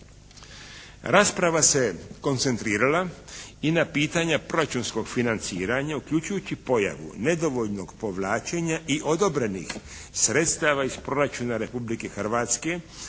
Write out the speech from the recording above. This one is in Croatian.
Rasprava se koncentrirala i na pitanja proračunskog financiranja uključujući pojavu nedovoljnog povlačenja i odobrenih sredstava iz proračuna Republike Hrvatske